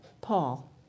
Paul